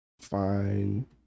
Fine